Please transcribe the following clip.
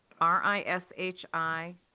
R-I-S-H-I